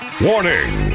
Warning